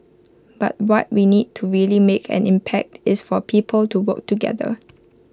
but what we need to really make an impact is for people to work together